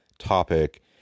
topic